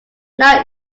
now